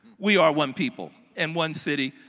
we are one people. and one city.